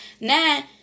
Now